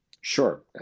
Sure